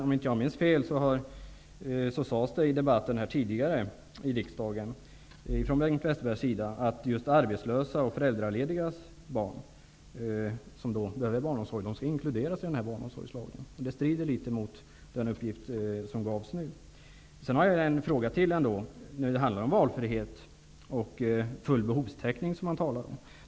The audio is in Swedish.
Om inte jag minns fel sade Bengt Westerberg tidigare i debatten här i riksdagen att just arbetslösas och föräldraledigas barn som behöver barnomsorg skall inkluderas i barnomsorgslagen. Det strider litet mot den uppgift som lämnades nu. Jag har ytterligare en fråga som handlar om valfrihet och full behovstäckning.